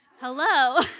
Hello